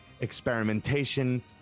Experimentation